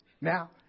now